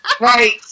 Right